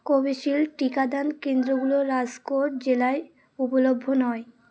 Covishield টিকাদান কেন্দ্রগুলো রাজকোট জেলায় উপলভ্য নয়